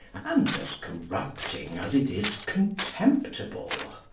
and as corrupting as it is contemptible.